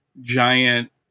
giant